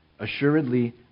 Assuredly